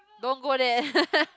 don't go there